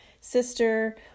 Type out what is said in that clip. sister